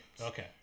Okay